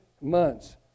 months